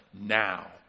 now